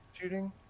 shooting